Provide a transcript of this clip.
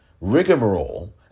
rigmarole